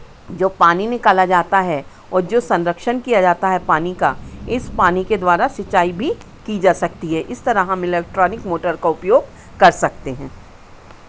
जो पानी निकाला जाता है और जो संरक्षण किया जाता है पानी का इस पानी के द्वारा सिचाई भी की जा सकती है इस तरह हम इलेक्ट्रॉनिक मोटर का उपयोग कर सकते हैं